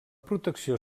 protecció